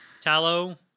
Tallow